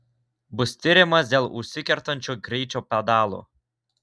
bus tiriamas dėl užsikertančio greičio pedalo